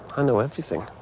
i know everything.